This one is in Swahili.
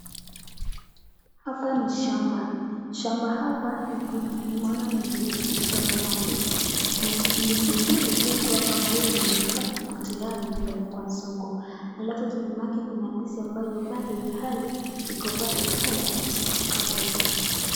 Hapa ni shamba. Shamba hapa ni kuna nimeona ni ndizi, shamba la ndizi. Kuna ndizi mbili refu hapa ambayo imeiva, iko tayari kupelekwa soko. Alafu nyumake kuna ndizi ambayo bado hali iko bado ikae hadi siku itakapoiva.